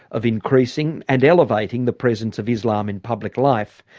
of increasing, and elevating, the presence of islam in public life,